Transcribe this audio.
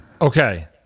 Okay